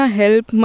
help